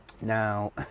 Now